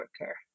worker